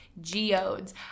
geodes